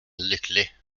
lycklig